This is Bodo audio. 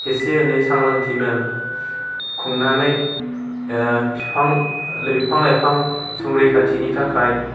एसे एनै सांग्रांथि मेल खुंनानै बिफां लाइफां बिफां लाइफां संरैखाथिनि थाखाय